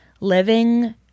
living